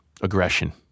aggression